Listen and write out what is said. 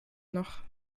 noch